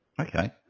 Okay